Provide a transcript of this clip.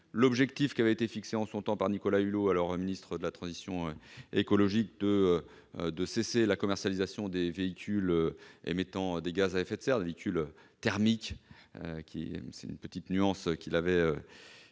l'objectif fixé, en son temps, par Nicolas Hulot, alors ministre de la transition écologique, de faire cesser la commercialisation des véhicules émettant des gaz à effet de serre, les véhicules thermiques- une petite nuance qu'il avait apportée